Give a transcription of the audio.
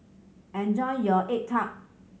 enjoy your egg tart